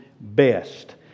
best